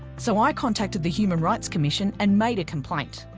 so, i contacted the human rights commission and made a complaint.